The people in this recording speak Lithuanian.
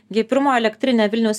gi pirmo elektrinė vilniaus